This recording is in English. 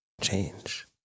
change